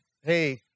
hey